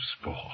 sport